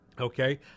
okay